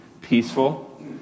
peaceful